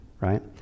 right